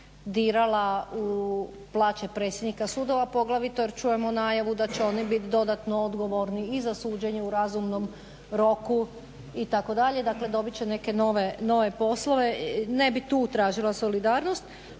dirala u plaće predsjednika sudova poglavito jer čujemo najavu da će oni bit dodatno odgovorni i za suđenje u razumnom roku itd., dakle dobit će neke nove poslove. Ne bi tu tražila solidarnost,